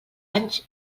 anys